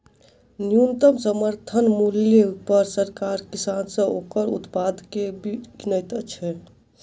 न्यूनतम समर्थन मूल्य पर सरकार किसान सॅ ओकर उत्पाद के किनैत छै